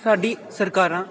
ਸਾਡੀ ਸਰਕਾਰਾਂ